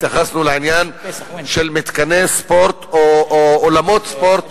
והתייחסנו לעניין של מתקני ספורט או אולמות ספורט